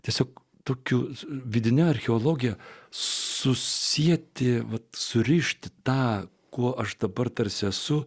tiesiog tokiu vidine archeologija susieti vat surišti tą kuo aš dabar tarsi esu